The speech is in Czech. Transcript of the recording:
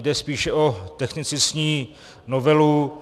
Jde spíše o technicistní novelu.